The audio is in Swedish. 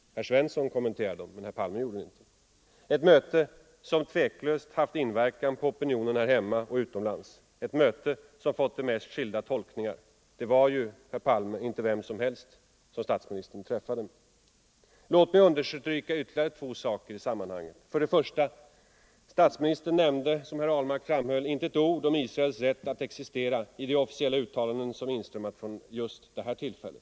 Herr Svensson kommenterade dem, men herr Palme gjorde det inte. Ett möte som tveklöst haft inverkan på opinionen här hemma och utomlands. Ett möte som fått de mest skilda tolkningar. Det var ju inte vem som helst som statsministern träffade. Låt mig understryka ytterligare två saker i sammanhanget. För det första nämnde statsministern, som herr Ahlmark framhöll, inte ett ord om Israels rätt att existera i de officiella uttalanden som inströmmat från detta tillfälle.